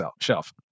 shelf